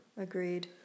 Agreed